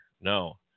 No